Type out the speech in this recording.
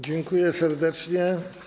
Dziękuję serdecznie.